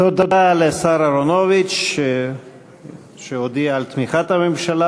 תודה לשר אהרונוביץ, שהודיע על תמיכת הממשלה.